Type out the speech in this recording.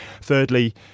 Thirdly